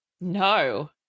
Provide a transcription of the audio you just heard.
No